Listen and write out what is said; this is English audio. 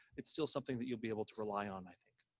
it's still something that you'll be able to rely on, i think,